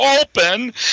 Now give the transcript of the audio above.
open